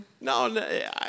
no